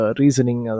reasoning